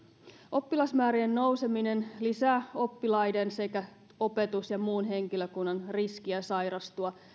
oppilasmäärien nouseminen lisää oppilaiden sekä opetus ja muun henkilökunnan riskiä sairastua